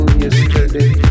yesterday